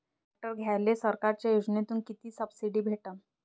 Tractor घ्यायले सरकारच्या योजनेतून किती सबसिडी भेटन?